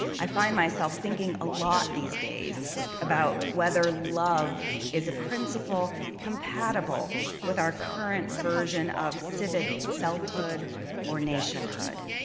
i find myself thinking a lot these days about whether love is a principle compatible with our current version of civic selfhood or nationhood.